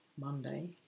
Monday